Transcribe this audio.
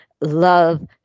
love